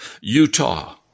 Utah